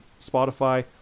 Spotify